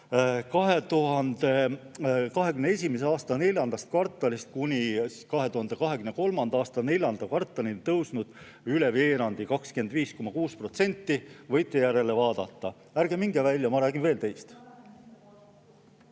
2021. aasta neljandast kvartalist kuni 2023. aasta neljanda kvartalini üle veerandi, 25,6%, võite järele vaadata. Ärge minge välja, ma räägin veel teist!